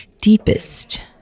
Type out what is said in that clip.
deepest